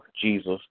Jesus